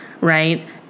right